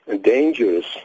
dangerous